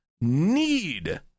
need